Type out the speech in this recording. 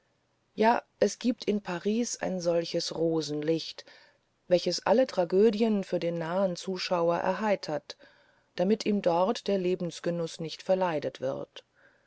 ja es gibt in paris ein solches rosenlicht welches alle tragödien für den nahen zuschauer erheitert damit ihm dort der lebensgenuß nicht verleidet wird